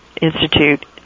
Institute